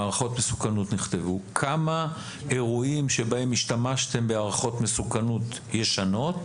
כמה אירועים שבהם השתמשתם בהערכות מסוכנות ישנות